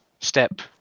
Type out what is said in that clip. Step